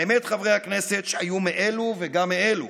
האמת, חברי הכנסת, שהיו מאלו וגם מאלו.